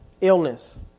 illness